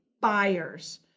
buyers